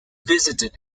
visited